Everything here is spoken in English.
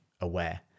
aware